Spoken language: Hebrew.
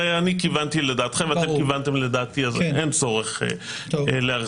אני כיוונתי לדעתכם ואתם כיוונתם לדעתי ולכן אין צורך להרחיב.